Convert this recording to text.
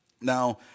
Now